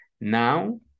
now